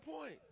point